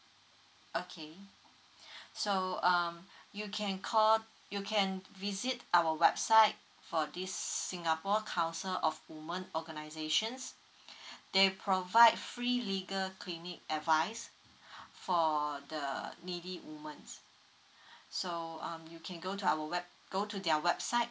okay so um you can call you can visit our website for this singapore council of woman organizations they provide free legal clinic advice for the needy womans so um you can go to our web go to their website